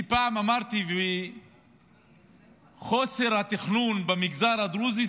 אני פעם אמרתי שחוסר התכנון במגזר הדרוזי,